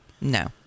No